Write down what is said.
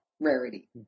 rarity